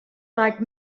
like